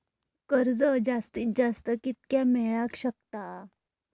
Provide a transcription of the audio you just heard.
कर्ज जास्तीत जास्त कितक्या मेळाक शकता?